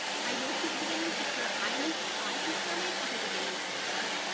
i know she's a beginning stitcher i'm i consider myself a beginning stitcher,